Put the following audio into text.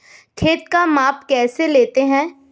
खेत का माप कैसे लेते हैं?